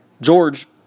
George